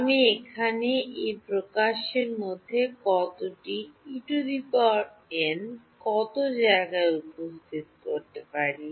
আমি এখানে এই প্রকাশের মধ্যে কতটি En কত জায়গায় উপস্থিত হতে পারি